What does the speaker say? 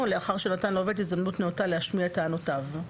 לאחר שנתן לעובד הזדמנות נאותה להשמיע טענותיו".